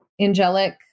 angelic